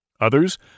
Others